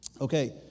Okay